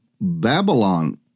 Babylon